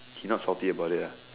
he not faulty about it lah